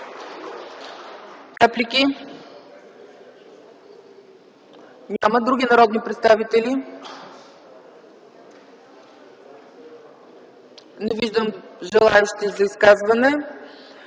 Реплики? Няма. Други народни представители? Не виждам желаещи за изказване.